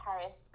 paris